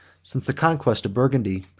since the conquest of burgundy,